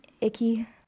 icky